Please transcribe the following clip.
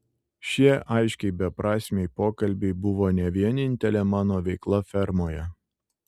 šie aiškiai beprasmiai pokalbiai buvo ne vienintelė mano veikla fermoje